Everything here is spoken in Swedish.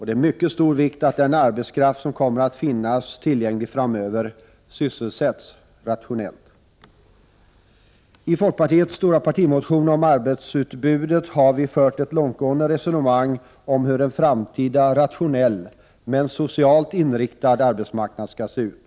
Det är av mycket stor vikt att den arbetskraft som kommer att finnas tillgänglig framöver sysselsätts rationellt. I folkpartiets stora partimotion om arbetskraftsutbudet har vi fört ett långtgående resonemang om hur en framtida rationell men socialt inriktad arbetsmarknad skall se ut.